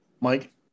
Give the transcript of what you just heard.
Mike